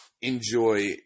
enjoy